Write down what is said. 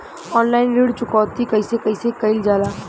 Online ऋण चुकौती कइसे कइसे कइल जाला?